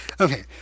Okay